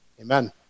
Amen